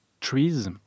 trees